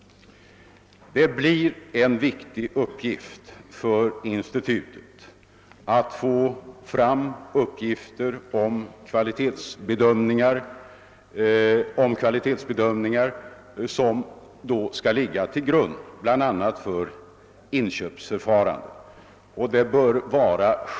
En viktig uppgift för institutet blir att få fram uppgifter om kvalitetsbedömningar, som skall ligga till grund bl.a. för inköpsförfarandet.